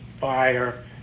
fire